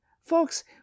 Folks